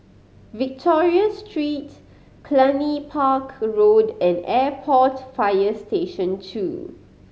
Victoria Street Cluny Park Road and Airport Fire Station Two